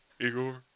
Igor